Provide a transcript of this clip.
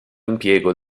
impiego